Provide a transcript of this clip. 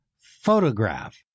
photograph